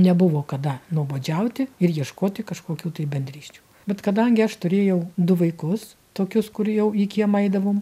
nebuvo kada nuobodžiauti ir ieškoti kažkokių tai bendrysčių bet kadangi aš turėjau du vaikus tokius kur jau į kiemą eidavom